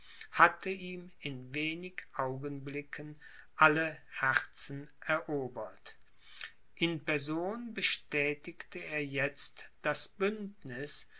hatte ihm in wenig augenblicken alle herzen erobert in person bestätigte er jetzt das bündniß